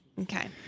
Okay